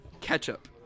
Ketchup